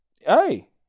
hey